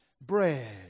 bread